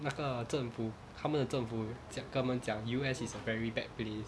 那个政府他们的政府讲跟他们讲 U_S is a very bad place